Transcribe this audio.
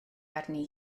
arni